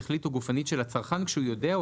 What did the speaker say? שכלית או גופנית של הצרכן כשהוא יודע או